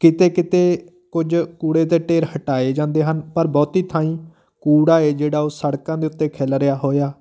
ਕਿਤੇ ਕਿਤੇ ਕੁਝ ਕੂੜੇ ਦੇ ਢੇਰ ਹਟਾਏ ਜਾਂਦੇ ਹਨ ਪਰ ਬਹੁਤੀ ਥਾਈਂ ਕੂੜਾ ਹੈ ਜਿਹੜਾ ਉਹ ਸੜਕਾਂ ਦੇ ਉੱਤੇ ਖਿਲਰਿਆ ਹੋਇਆ